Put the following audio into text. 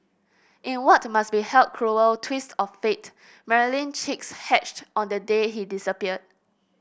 in what must be a cruel twist of fate Marilyn chicks hatched on the day he disappeared